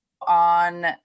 on